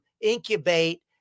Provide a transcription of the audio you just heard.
incubate